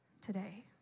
today